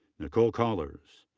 nicole kollars.